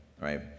right